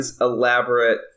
elaborate